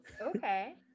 okay